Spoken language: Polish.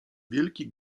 wielki